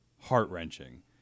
heart-wrenching